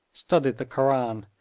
studied the koran,